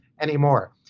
anymore